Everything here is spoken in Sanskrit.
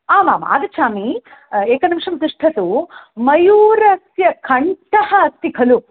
आमाम् आगच्छामि एकनिमेषं तिष्ठतु मयूरस्य कण्ठः अस्ति खलु